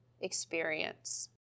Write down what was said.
experience